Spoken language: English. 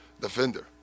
defender